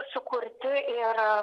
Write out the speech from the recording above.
sukurti ir